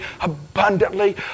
abundantly